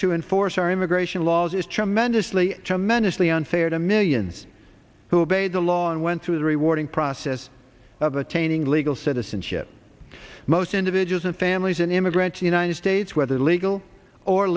to enforce our immigration laws is tremendously tremendously unfair to millions who have paid the law and went through the rewarding process of obtaining legal citizenship most individuals and families an immigrant to the united states whether legal or